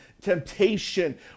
temptation